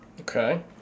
okay